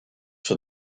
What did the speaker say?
for